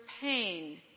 pain